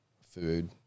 food